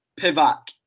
Pivac